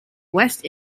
west